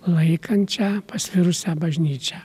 laikančią pasvirusią bažnyčią